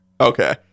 Okay